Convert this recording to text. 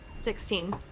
Sixteen